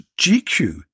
GQ